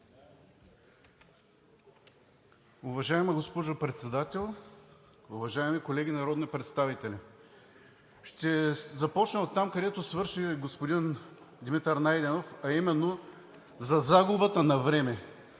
Уважаема госпожо Председател, уважаеми колеги народни представители! Ще започна оттам, където свърши господин Димитър Найденов, а именно за загубата на време.